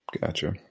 Gotcha